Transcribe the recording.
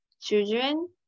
children